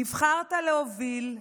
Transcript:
נבחרת להוביל,